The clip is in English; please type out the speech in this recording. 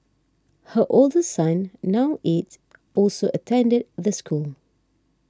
her older son now eight also attended the school